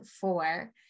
four